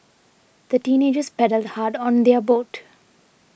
the teenagers paddled hard on their boat